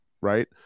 right